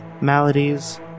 maladies